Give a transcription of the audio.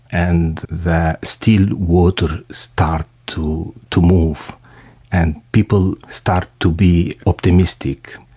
and the still water started to to move and people started to be optimistic.